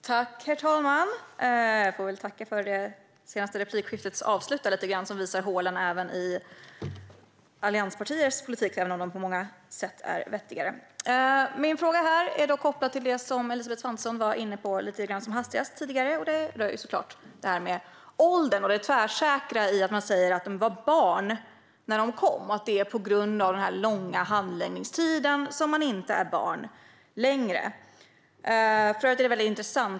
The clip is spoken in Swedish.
Herr talman! Jag får tacka för det senaste replikskiftet som visade hålen även i allianspartiernas politik, även om den politiken på många sätt är vettigare. Min fråga är kopplad till det som Elisabeth Svantesson var inne på som hastigast, och det rör ju det tvärsäkra i att man säger att dessa ensamkommande var barn när de kom. Det är på grund av den långa handläggningstiden som man inte längre är barn.